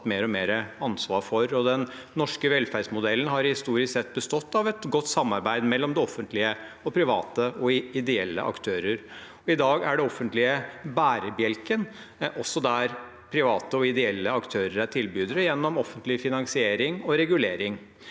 mer og mer ansvar for. Den norske velferdsmodellen har historisk sett bestått av et godt samarbeid mellom det offentlige og private og ideelle aktører. I dag er det offentlige bærebjelken, også der private og ideelle aktører er tilbydere, gjennom offentlig finansiering og regulering.